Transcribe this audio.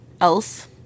else